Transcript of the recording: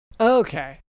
Okay